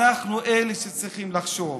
אנחנו אלה שצריכים לחשוב,